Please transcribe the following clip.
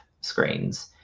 screens